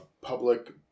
public